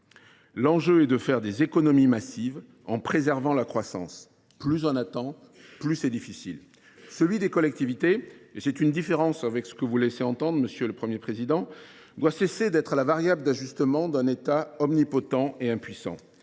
L’enjeu est de faire des économies massives en préservant la croissance. Plus nous attendons, plus cela sera difficile. Le budget des collectivités, quant à lui – je marque ici une différence avec ce que vous laissez entendre, monsieur le Premier président –, doit cesser d’être la variable d’ajustement d’un État omnipotent et impuissant.